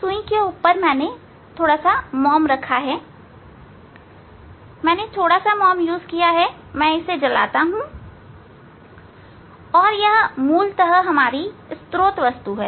सुई के ऊपर मैंने मोम रखा है मैंने थोड़ा सा मोम रखा है मैं इसे जलाऊंगा और यह मूलतः हमारी स्त्रोत वस्तु है